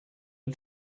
are